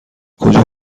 کجا